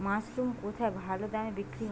Mushroom কেথায় ভালোদামে বিক্রয় হয়?